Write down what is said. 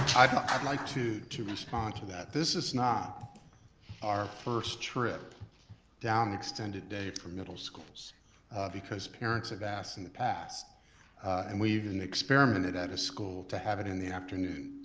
i'd like to to respond to that. this is not our first trip down extended day for middle schools because parents have asked in the past and we even experimented at a school to have it in the afternoon.